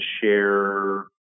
share